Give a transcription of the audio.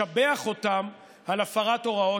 לשבח אותם על הפרת הוראות.